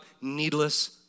needless